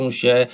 się